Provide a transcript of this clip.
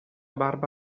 barba